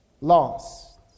lost